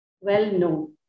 well-known